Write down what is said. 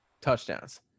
touchdowns